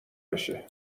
بشه